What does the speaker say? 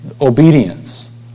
Obedience